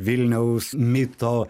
vilniaus mito